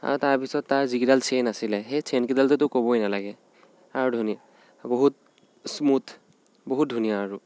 আৰু তাৰপিছত তাৰ যিকেইডাল চেইন আছিলে সেই চেইনকেইডালটোতো ক'বই নালাগে আৰু ধুনীয়া বহুত স্মুথ বহুত ধুনীয়া আৰু